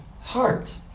heart